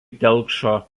telkšo